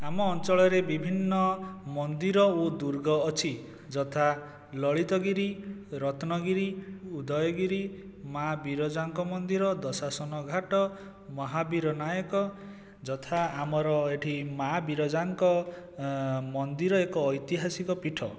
ଆମ ଅଞ୍ଚଳରେ ବିଭିନ୍ନ ମନ୍ଦିର ଓ ଦୁର୍ଗ ଅଛି ଯଥା ଲଳିତଗିରି ରତ୍ନଗିରି ଉଦୟଗିରି ମା' ବିରଜାଙ୍କ ମନ୍ଦିର ଦସାସନ ଘଟ ମହାବୀର ନାୟକ ଯଥା ଆମର ଏଇଠି ମା' ବିରଜାଙ୍କ ମନ୍ଦିର ଏକ ଐତିହାସିକ ପୀଠ